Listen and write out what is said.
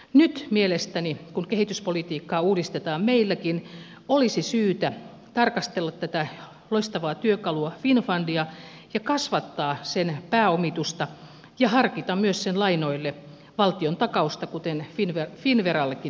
nyt mielestäni kun kehityspolitiikkaa uudistetaan meilläkin olisi syytä tarkastella tätä loistavaa työkalua finnfundia kasvattaa sen pääomitusta ja harkita myös sen lainoille valtion takausta kuten finnverallekin tehdään